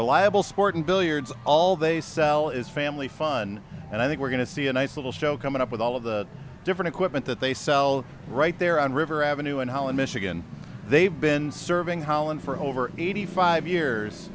reliable sporting billiards all they sell is family fun and i think we're going to see a nice little show coming up with all of the different equipment that they sell right there on river avenue in holland michigan they've been serving holland for over eighty five years